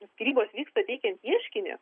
skyrybos vyksta teikiant ieškinį